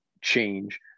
change